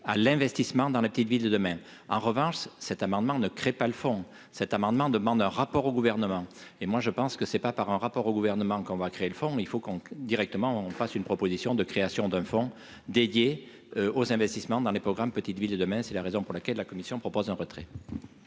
à l'investissement dans la petite ville de demain, en revanche, cet amendement ne crée pas le fond cet amendement demande un rapport au gouvernement, et moi je pense que c'est pas par un rapport au gouvernement qu'on va créer le fonds il faut qu'on directement, on fasse une proposition de création d'un fonds dédié aux investissements dans les programmes, petite ville demain, c'est la raison pour laquelle la commission propose un retrait.